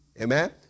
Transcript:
Amen